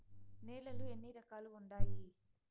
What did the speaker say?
నేలలు ఎన్ని రకాలు వుండాయి?